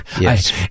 Yes